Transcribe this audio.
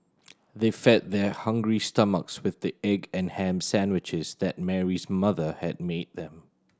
they fed their hungry stomachs with the egg and ham sandwiches that Mary's mother had made them